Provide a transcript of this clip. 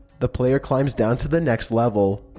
the player climbs down to the next level.